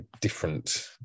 different